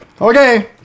Okay